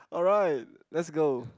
alright let's go